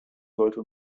sollte